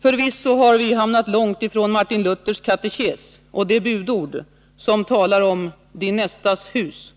Förvisso har vi hamnat långt ifrån Martin Luthers katekes och det budord som talar om ”din nästas hus”.